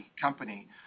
company